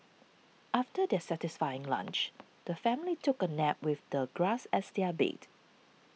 after their satisfying lunch the family took a nap with the grass as their bed